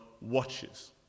watches